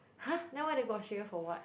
[huh] then why they go Australia for what